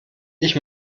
ich